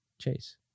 Chase